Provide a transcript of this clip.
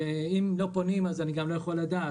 לא פונים אז אני לא יכול לדעת,